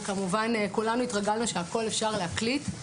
וכמובן כולנו התרגלנו שהכול אפשר להקליט.